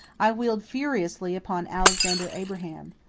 i wheeled furiously upon alexander abraham.